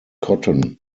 cotton